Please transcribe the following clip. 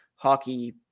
hockey